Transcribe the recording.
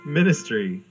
Ministry